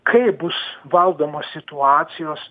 kaip bus valdomos situacijos